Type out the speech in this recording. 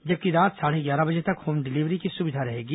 जबकि रात साढ़े ग्यारह बजे तक होम डिलीवरी की सुविधा रहेगी